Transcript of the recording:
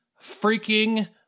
freaking